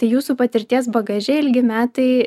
tai jūsų patirties bagaže ilgi metai